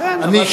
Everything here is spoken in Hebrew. אני,